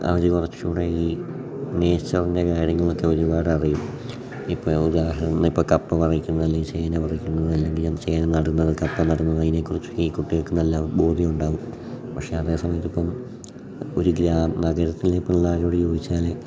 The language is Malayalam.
അവർ കുറച്ചൂടെ ഈ നേച്ചറിൻ്റെ കാര്യങ്ങൾ ഒക്കെ ഒരുപാടറിയും ഇപ്പം ഉദാഹരണം ഇപ്പോൾ കപ്പ പറിക്കുന്നതല്ലേ ചേന പറിക്കുന്നത് അല്ലെങ്കിൽ ചേന നടുന്നത് കപ്പ നടുന്നത് അതിനെ കുറിച്ചൊക്കെ ഈ കുട്ടികൾക്ക് നല്ല ബോധ്യം ഉണ്ടാകും പക്ഷേ അതേ സമയത്ത് ഇപ്പം ഒരു നഗരത്തിലെ പിള്ളേരോട് ചോദിച്ചാൽ